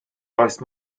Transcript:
does